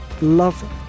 love